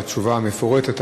על התשובה המפורטת,